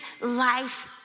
life